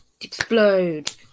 explode